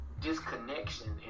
disconnection